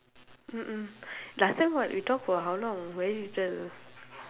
mm mm last time what we talk for how long very little